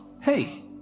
Hey